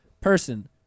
Person